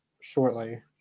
shortly